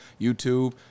YouTube